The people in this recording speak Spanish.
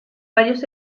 varios